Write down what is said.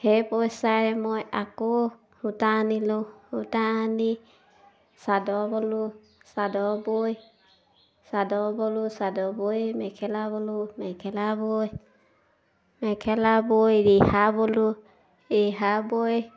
সেই পইচাৰে মই আকৌ সূতা আনিলোঁ সূতা আনি চাদৰ ব'লোঁ চাদৰ বৈ চাদৰ ব'লোঁ চাদৰ বৈ মেখেলা ব'লোঁ মেখেলা বৈ মেখেলা বৈ ৰিহা ব'লোঁ ৰিহা বৈ